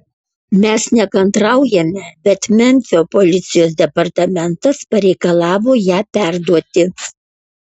mes nekantraujame bet memfio policijos departamentas pareikalavo ją perduoti